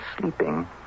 sleeping